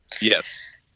Yes